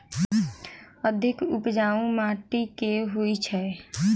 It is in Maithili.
अधिक उपजाउ माटि केँ होइ छै?